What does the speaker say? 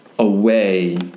Away